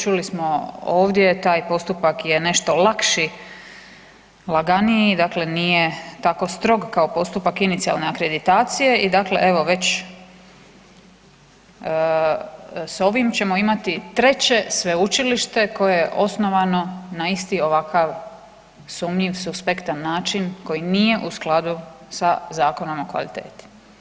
Čuli smo ovdje taj postupak je nešto lakši, laganiji, dakle nije tako strog kao postupak inicijalne akreditacije i dakle evo već s ovim ćemo imati treće sveučilište koje je osnovano na isti ovakav sumnjiv, suspektan način koji nije u skladu sa Zakonom o kvaliteti.